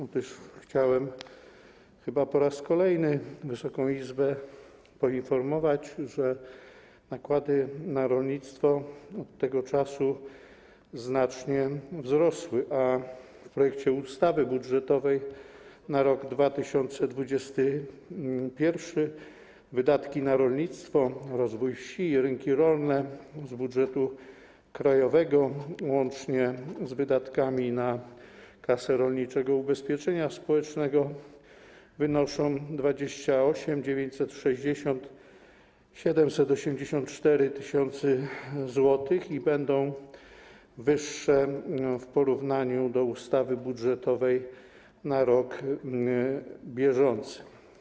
Otóż chciałem chyba po raz kolejny Wysoką Izbę poinformować, że nakłady na rolnictwo od tego czasu znacznie wzrosły, a w projekcie ustawy budżetowej na rok 2021 wydatki na rolnictwo, rozwój wsi i rynki rolne z budżetu krajowego, łącznie z wydatkami na Kasę Rolniczego Ubezpieczenia Społecznego, wynoszą 28 960 784 tys. zł i będą wyższe w porównaniu z ustawą budżetową na rok bieżący.